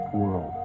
world